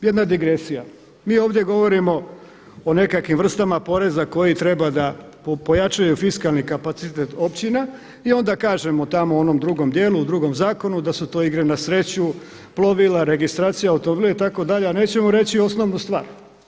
Jedna digresija mi ovdje govorimo o nekakvim vrstama poreza koji treba da pojačaju fiskalni kapacitet općina i onda kažem tamo u onom drugom djelu, u drugom zakonu da su to igre na sreću, plovila, registracija automobila itd. a nećemo reći osnovnu stvar.